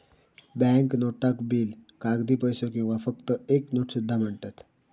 bank नोटाक bill, कागदी पैसो किंवा फक्त एक नोट सुद्धा म्हणतत